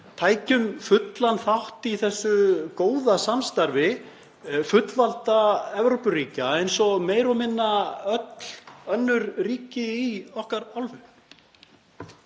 tækjum fullan þátt í þessu góða samstarfi fullvalda Evrópuríkja eins og meira og minna öll önnur ríki í okkar álfu.